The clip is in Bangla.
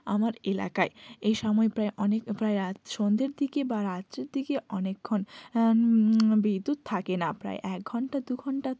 আমার এলাকায় এই সময় প্রায় অনেক প্রায় রাত সন্ধ্যের দিকে বা রাত্রের দিকে অনেকক্ষণ বিদ্যুৎ থাকে না প্রায় এক ঘন্টা দু ঘন্টা